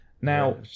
Now